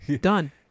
Done